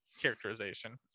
characterization